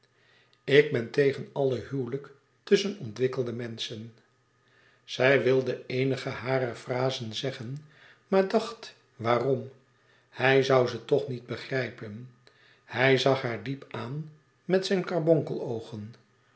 ik ben tegen alle huwelijk tusschen ontwikkelde menschen zij wilde eenige harer frazen zeggen maar dacht waarom hij zoû ze toch niet begrijpen hij zag haar diep aan met zijn